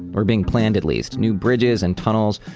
or being planned at least. new bridges and tunnels,